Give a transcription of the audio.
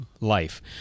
life